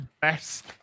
Best